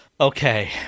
okay